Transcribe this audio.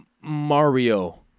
Mario